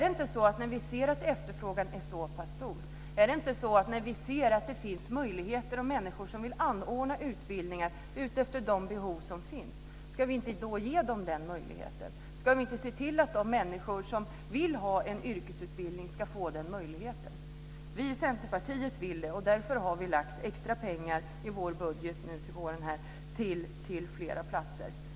Ska vi inte när vi ser att efterfrågan är så pass stor, när vi ser att det finns människor som vill anordna utbildningar utifrån de behov som finns ge dem den möjligheten? Ska vi inte se till att de människor som vill ha en yrkesutbildning ska få den möjligheten? Vi i Centerpartiet vill det. Därför har vi nu till våren avsatt extra pengar i vår budget till flera platser.